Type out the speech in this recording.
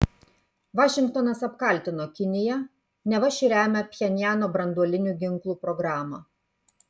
vašingtonas apkaltino kiniją neva ši remia pchenjano branduolinių ginklų programą